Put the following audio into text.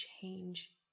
change